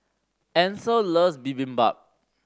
Ancel loves Bibimbap